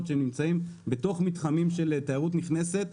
שנמצאות בתוך מתחמים של תיירות נכנסת.